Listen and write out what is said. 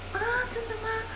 !huh! 真的吗